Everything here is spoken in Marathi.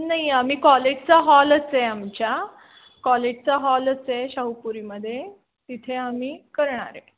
नाही आम्ही कॉलेजचा हॉलच आहे आमच्या कॉलेजचा हॉलच आहे शाहूपुरीमध्ये तिथे आम्ही करणार आहे